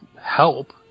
Help